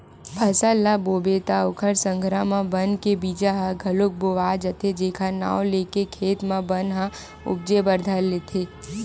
फसल ल बोबे त ओखर संघरा म बन के बीजा ह घलोक बोवा जाथे जेखर नांव लेके खेत म बन ह उपजे बर धर लेथे